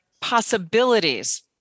possibilities